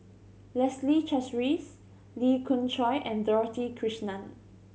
Leslie Charteris Lee Khoon Choy and Dorothy Krishnan